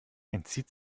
entzieht